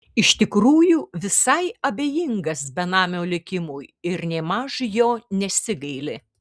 iš tikrųjų visai abejingas benamio likimui ir nėmaž jo nesigaili